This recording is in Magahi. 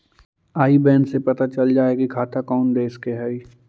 आई बैन से पता चल जा हई कि खाता कउन देश के हई